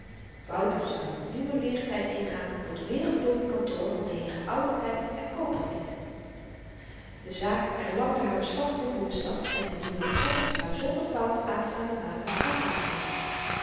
wouter zou n nieuwen leertyd ingaan op t wereldberoemd kantoor van de heeren ouwetyd kopperlith de zaak erlangde haar beslag op n woensdag en de nieuwe betrekking zou zonder fout aanstaanden maandag aanvaard worden